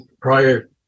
Prior